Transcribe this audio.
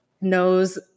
knows